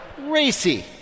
racy